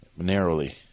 narrowly